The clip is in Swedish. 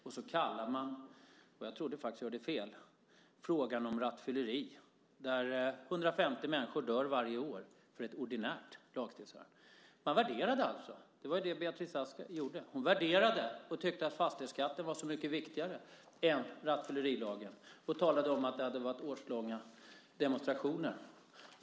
Jag trodde faktiskt att jag hörde fel när frågan om rattfylleri - 150 människor dör varje år till följd av det - kallades ett ordinärt lagstiftningsärende. Beatrice Ask tyckte att frågan om fastighetsskatten var så mycket viktigare - hon gjorde den värderingen - än rattfyllerilagen och talade om att det hade varit demonstrationer under flera år.